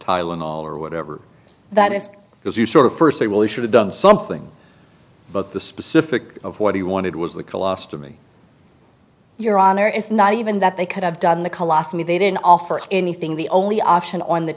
tylenol or whatever that is because you sort of first say really should have done something but the specific of what he wanted was a collage to me your honor it's not even that they could have done the colossally they didn't offer anything the only option on the